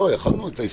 לאיזה שעה?